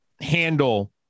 handle